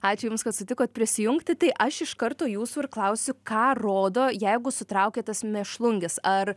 ačiū jums kad sutikot prisijungti tai aš iš karto jūsų ir klausiu ką rodo jeigu sutraukė tas mėšlungis ar